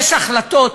יש החלטות